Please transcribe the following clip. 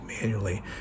manually